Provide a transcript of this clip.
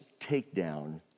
takedown